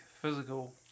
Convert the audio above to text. physical